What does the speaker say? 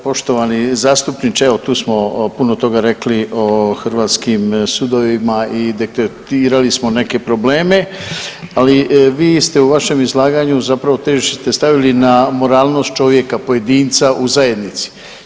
Poštovani zastupniče evo tu smo puno toga rekli o hrvatskim sudovima i detektirali smo neke probleme, ali vi ste u vašem izlaganju zapravo težište stavili na moralnost čovjeka pojedinca u zajednici.